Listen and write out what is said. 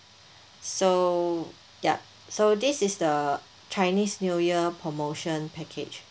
so ya so this is the chinese new year promotion package